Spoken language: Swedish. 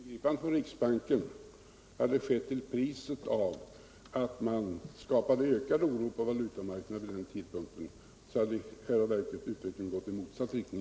Herr talman! Om ingripanden från riksbanken skett till priset av ökad oro på valutamarknaden vid den tidpunkten hade utvecklingen när det gäller ' vinsten i själva verket gått i motsatt riktning.